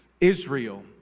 Israel